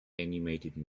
animated